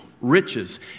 riches